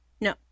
No